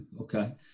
Okay